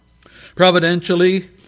Providentially